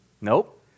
Nope